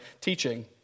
teaching